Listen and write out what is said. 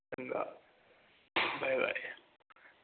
ਚੰਗਾ bye bye